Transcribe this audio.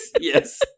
yes